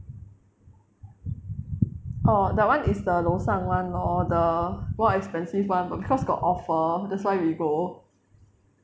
orh that [one] is the 楼上 [one] lor the more expensive [one] cause got offer that's why we go